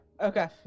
Okay